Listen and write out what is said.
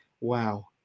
Wow